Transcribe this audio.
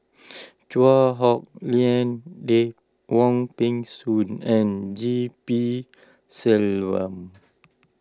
Chua Hak Lien Dave Wong Peng Soon and G P Selvam